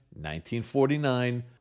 1949